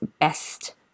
best